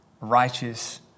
righteous